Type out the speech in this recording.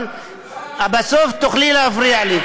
בסוף תוכלי להפריע לי.